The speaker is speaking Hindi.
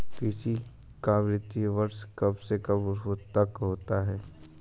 कृषि का वित्तीय वर्ष कब से कब तक होता है?